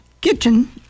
kitchen